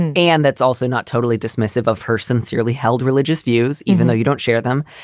and and that's also not totally dismissive of her sincerely held religious views, even though you don't share them.